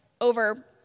over